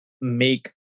make